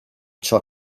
ciò